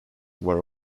were